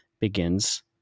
begins